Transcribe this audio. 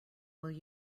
will